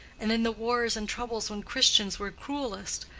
and in the wars and troubles when christians were cruelest,